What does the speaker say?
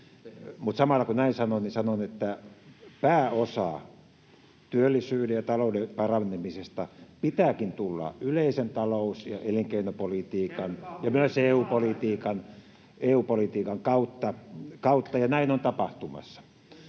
samalla, kun näin sanon, sanon, että pääosa työllisyyden ja talouden paranemisesta pitääkin tulla yleisen talous‑ ja elinkeinopolitiikan [Ben Zyskowicz: Kertokaa ministeri